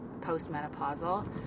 postmenopausal